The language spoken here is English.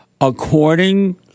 according